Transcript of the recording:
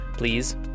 please